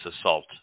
assault